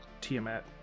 Tiamat